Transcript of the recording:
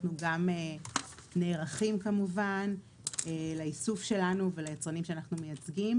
גם אנחנו נערכים לאיסוף שלנו וליצרנים שאנחנו מייצגים.